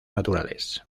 naturales